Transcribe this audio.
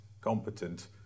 competent